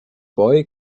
boy